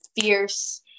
fierce